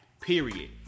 period